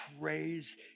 praise